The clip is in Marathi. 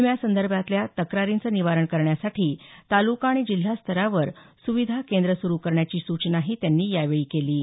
विम्यासंदर्भातल्या तक्रारींचं निवारण करण्यासाठी तालुका आणि जिल्हास्तरावर सुविधा केंद्र सुरु करण्याची सूचनाही त्यांनी यावेळी केली